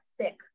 sick